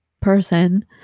person